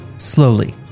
Slowly